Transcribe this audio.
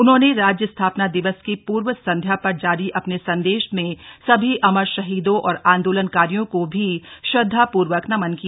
उन्होंने राज्य स्थापना दिवस की पूर्व संध्या पर जारी अपने संदेश में सभी अमर शहीदों और आंदोलनकारियों को भी श्रद्वापूर्वक नमन किया